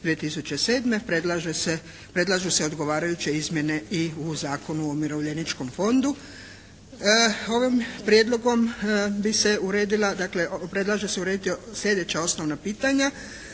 se, predlažu se odgovarajuće izmjene i u Zakonu o umirovljeničkom fondu. Ovim prijedlogom bi se uredila dakle predlaže se urediti sljedeća osnovna pitanja.